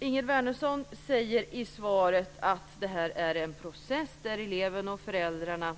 Ingegerd Wärnersson säger i svaret att det här är en process där elever, föräldrar